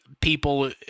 people